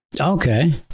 Okay